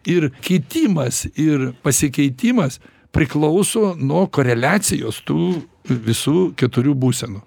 ir kitimas ir pasikeitimas priklauso nuo koreliacijos tų visų keturių būsenų